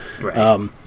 Right